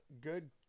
good